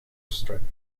strength